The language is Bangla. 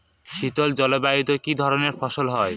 শীতল জলবায়ুতে কি ধরনের ফসল হয়?